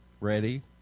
ready